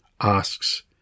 asks